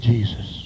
Jesus